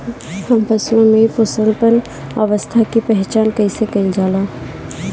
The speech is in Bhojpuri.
हम फसलों में पुष्पन अवस्था की पहचान कईसे कईल जाला?